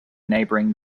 neighbouring